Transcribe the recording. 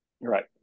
Right